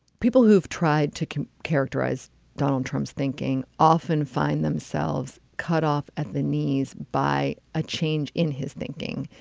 people who've tried to characterize donald trump's thinking often find themselves cut off at the knees by a change in his thinking.